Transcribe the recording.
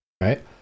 right